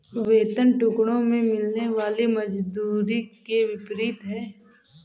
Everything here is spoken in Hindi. वेतन टुकड़ों में मिलने वाली मजदूरी के विपरीत है